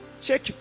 check